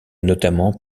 notamment